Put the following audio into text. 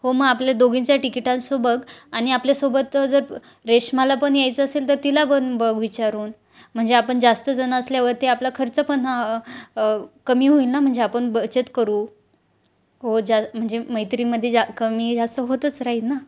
हो मग आपल्या दोघींच्या टिकिटांसो बघ आणि आपल्यासोबत जर रेश्माला पण यायचं असेल तर तिला पण बघ विचारून म्हणजे आपण जास्त जणं असल्यावर ते आपला खर्च पण हा कमी होईल ना म्हणजे आपण बचत करू हो जा म्हणजे मैत्रीमध्ये जा कमी जास्त होतच राहील ना